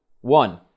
one